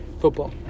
football